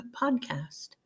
Podcast